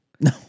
No